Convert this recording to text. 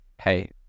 Hey